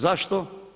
Zašto?